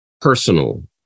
personal